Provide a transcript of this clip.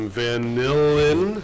vanillin